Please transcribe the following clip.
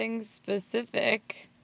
specific